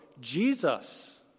Jesus